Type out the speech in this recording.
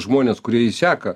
žmones kurie jį seka